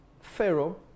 Pharaoh